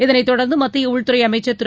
இதனைத் தொடர்ந்து மத்திய உள்துறை அமைச்சர் திரு